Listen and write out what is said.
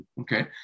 okay